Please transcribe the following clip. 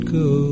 go